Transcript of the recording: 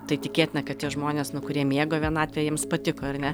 tai tikėtina kad tie žmonės nu kurie mėgo vienatvę jiems patiko ar ne